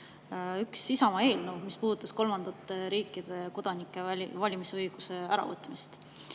– üks Isamaa eelnõu, mis puudutas kolmandate riikide kodanikelt valimisõiguse äravõtmist.